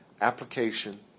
Application